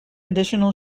additional